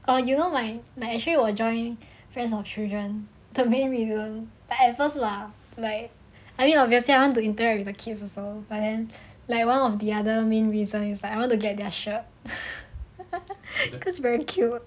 err you know my my actually 我 join friends of children the main reason that at first lah like I mean obviously I want to interact with the kids also but then like of the other main reason is like I want to get their shirt cause it's very cute